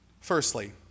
Firstly